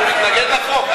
אנחנו נתנגד לחוק.